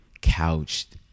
couched